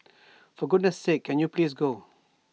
for goodness sake can you please go